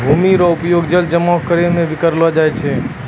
भूमि रो उपयोग जल जमा करै मे भी करलो जाय छै